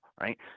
right